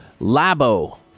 Labo